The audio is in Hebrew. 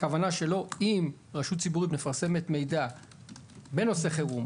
הכוונה שלו שאם רשות ציבורית מפרסמת מידע בנושא חירום,